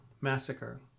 Massacre